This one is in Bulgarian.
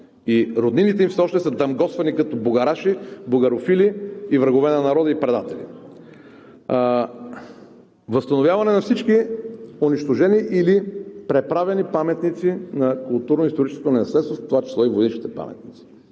Роднините им все още са дамгосвани като бугараши, бугарофили, врагове на народа и предатели. Възстановяване на всички унищожени или преправени паметници на културно-историческото ни наследство. В това число и войнишките паметници.